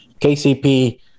KCP